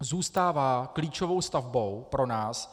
Zůstává klíčovou stavbou pro nás.